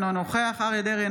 אינו נוכח אריה מכלוף דרעי,